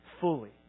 fully